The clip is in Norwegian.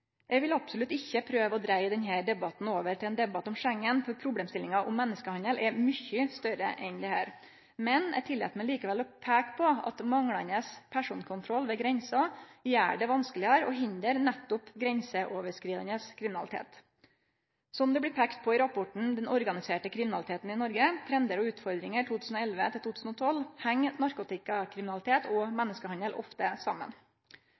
Eg vil absolutt ikkje prøve å dreie denne debatten over til ein debatt om Schengen, for problemstillinga om menneskehandel er mykje større enn dette. Eg tillèt meg likevel å peike på at manglande personkontroll ved grensa gjer det vanskelegare å hindre nettopp grenseoverskridande kriminalitet. Som det blir peikt på i rapporten «Den organiserte kriminaliteten i Norge – trender og utfordringer i 2011–2012», heng narkotikakriminalitet og menneskehandel ofte saman.